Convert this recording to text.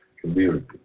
community